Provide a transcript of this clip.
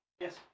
Yes